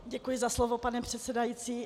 Děkuji za slovo, pane předsedající.